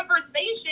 conversation